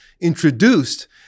introduced